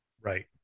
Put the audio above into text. right